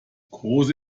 große